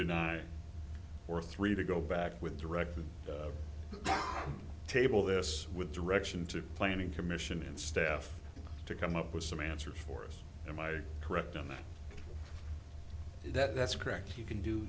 deny or three to go back with director of the table this with direction to planning commission and staff to come up with some answers for us am i correct in that that's correct you can do